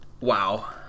Wow